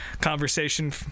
conversation